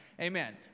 amen